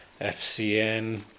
FCN